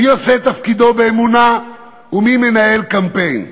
מי עושה תפקידו באמונה ומי מנהל קמפיין?